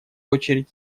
очередь